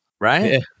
Right